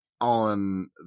on